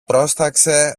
πρόσταξε